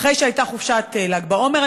אחרי שהייתה חופשת ל"ג בעומר,